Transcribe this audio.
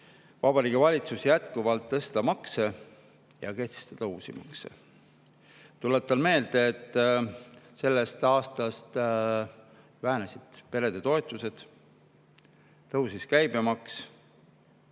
Vabariigi Valitsus jätkuvalt tõsta makse ja kehtestada uusi makse. Tuletan meelde, et sellest aastast vähenesid peretoetused, tõusis käibemaks,